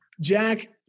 Jack